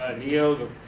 ah neo, the